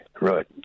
Right